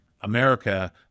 America